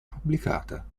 pubblicata